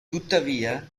tuttavia